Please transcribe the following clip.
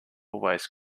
waste